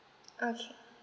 okay